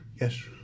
Yes